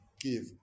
give